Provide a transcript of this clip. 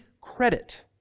credit